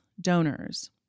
donors